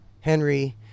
henry